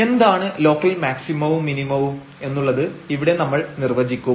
എന്താണ് ലോക്കൽ മാക്സിമവും മിനിമവും എന്നുള്ളത് ഇവിടെ നമ്മൾ നിർവചിക്കും